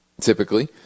typically